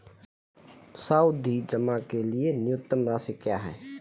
सावधि जमा के लिए न्यूनतम राशि क्या है?